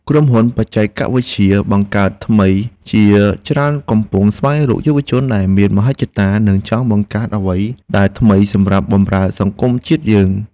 ក្រុមហ៊ុនបច្ចេកវិទ្យាបង្កើតថ្មីជាច្រើនកំពុងស្វែងរកយុវជនដែលមានមហិច្ឆតា និងចង់បង្កើតអ្វីដែលថ្មីសម្រាប់បម្រើសង្គមជាតិយើង។